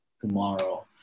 tomorrow